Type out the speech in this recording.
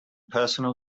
personal